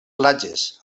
platges